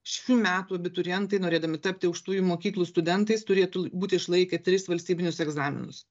šių metų abiturientai norėdami tapti aukštųjų mokyklų studentais turėtų būt išlaikę tris valstybinius egzaminus